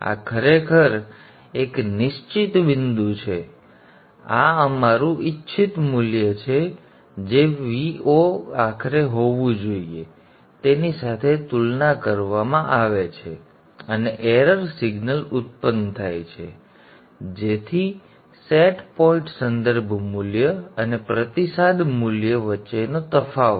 આ ખરેખર એક નિશ્ચિત બિંદુ છે આ અમારું ઇચ્છિત મૂલ્ય છે જે Vo આખરે હોવું જોઈએ તેની સાથે તુલના કરવામાં આવે છે અને ભૂલ સિગ્નલ ઉત્પન્ન થાય છે જેથી સેટ પોઇન્ટ સંદર્ભ મૂલ્ય અને પ્રતિસાદ મૂલ્ય વચ્ચેનો તફાવત